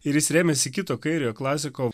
ir jis remiasi kito kairiojo klasiko